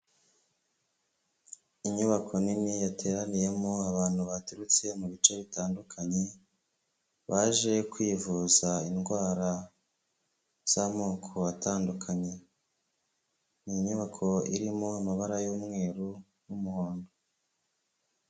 Inyubako nini yateraniyemo abantu baturutse mu bice bitandukanye, baje kwivuza indwara z'amoko atandukanye. Ni inyubako irimo amabara y'umweru n'umuhondo.